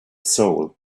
soul